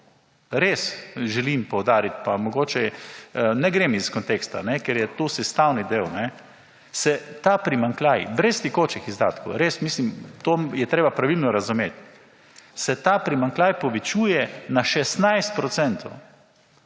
res želim poudariti pa mogoče, ne grem iz konteksta, ker je to sestavni del – se ta primanjkljaj brez tekočih izdatkov to je treba pravilno razumeti se povečuje na 16